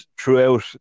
throughout